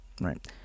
right